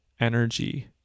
energy